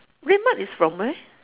red mart is from where